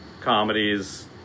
comedies